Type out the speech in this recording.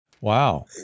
Wow